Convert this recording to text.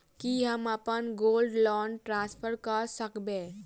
की हम अप्पन gold loan transfer करऽ सकबै?